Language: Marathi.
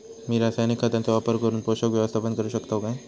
मी रासायनिक खतांचो वापर करून पोषक व्यवस्थापन करू शकताव काय?